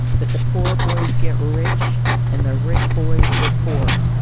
that the poor boys get rich and the rich boys get poor.